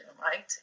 right